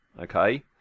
Okay